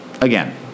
again